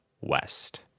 west